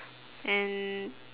and